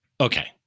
Okay